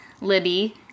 Libby